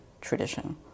tradition